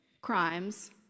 crimes